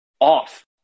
off